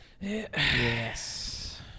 yes